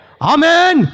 Amen